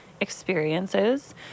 experiences